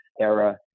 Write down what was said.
era